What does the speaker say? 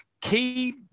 key